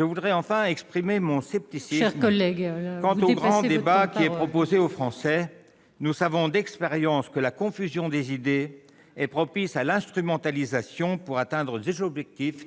votre temps de parole !... s'agissant du grand débat qui est proposé aux Français. Nous savons d'expérience que la confusion des idées est propice à l'instrumentalisation. Il s'agit alors d'atteindre des objectifs